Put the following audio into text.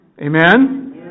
Amen